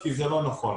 כי זה לא נכון.